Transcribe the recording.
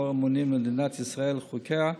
למדינת ישראל ולחוקיה,